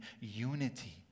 unity